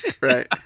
right